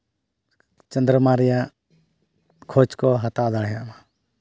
ᱪᱚᱱᱫᱨᱚᱢᱟ ᱨᱮᱭᱟᱜ ᱠᱷᱚᱡᱽ ᱠᱚ ᱦᱟᱛᱟᱣ ᱫᱟᱲᱮᱭᱟᱜ ᱢᱟ